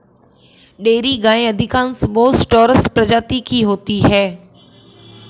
dairy गायें अधिकांश बोस टॉरस प्रजाति की होती हैं